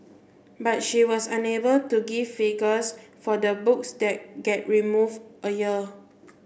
but she was unable to give figures for the books that get removed a year